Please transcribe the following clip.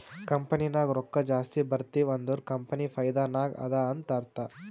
company ನಾಗ್ ರೊಕ್ಕಾ ಜಾಸ್ತಿ ಬರ್ತಿವ್ ಅಂದುರ್ ಕಂಪನಿ ಫೈದಾ ನಾಗ್ ಅದಾ ಅಂತ್ ಅರ್ಥಾ